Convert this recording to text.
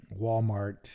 Walmart